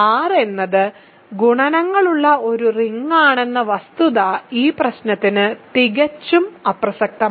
R എന്നത് ഗുണനങ്ങളുള്ള ഒരു റിങ്ങുകളാണെന്ന വസ്തുത ഈ പ്രശ്നത്തിന് തികച്ചും അപ്രസക്തമാണ്